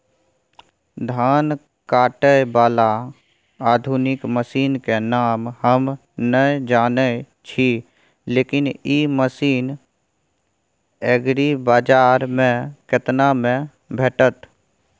धान काटय बाला आधुनिक मसीन के नाम हम नय जानय छी, लेकिन इ मसीन एग्रीबाजार में केतना में भेटत?